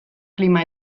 klima